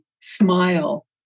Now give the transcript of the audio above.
smile